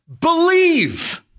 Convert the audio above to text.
believe